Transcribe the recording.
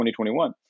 2021